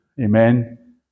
Amen